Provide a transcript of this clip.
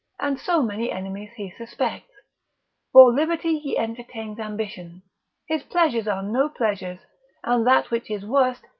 and so many enemies he suspects for liberty he entertains ambition his pleasures are no pleasures and that which is worst,